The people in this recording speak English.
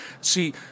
see